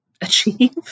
achieve